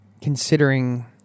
considering